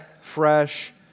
fresh